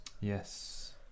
Yes